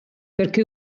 perché